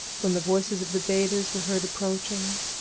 when the voices of the bathers were heard approaching,